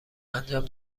انجام